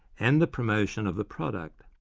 and the promotion of the product.